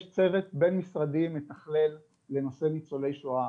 יש צוות בין משרדי מתכלל לנושא ניצול שואה.